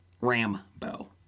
Rambo